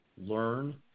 learn